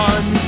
One